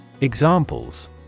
Examples